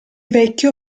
vecchio